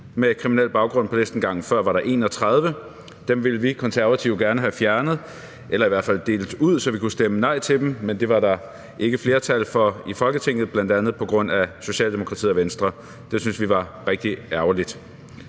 med kriminel baggrund på listen, og gangen før var der 31. Dem ville vi Konservative gerne have fjernet eller i hvert fald skilt ud, så vi kunne stemme nej til dem, men det var der ikke flertal for i Folketinget, bl.a. på grund af Socialdemokratiet og Venstre. Det syntes vi var rigtig ærgerligt.